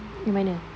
yang mana